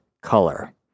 color